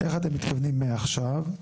איך אתם מתכוונים עד עכשיו?